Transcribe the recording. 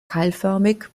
keilförmig